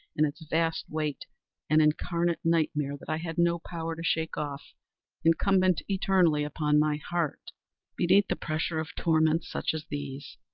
and its vast weight an incarnate night-mare that i had no power to shake off incumbent eternally upon my heart beneath the pressure of torments such as these,